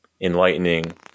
enlightening